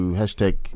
hashtag